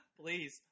Please